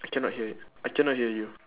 I cannot hear you I cannot hear you